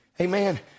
Amen